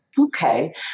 Okay